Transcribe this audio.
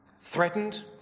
threatened